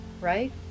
right